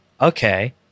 Okay